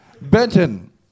Benton